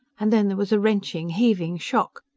and then there was a wrenching, heaving shock.